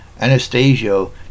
Anastasio